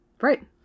Right